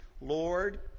Lord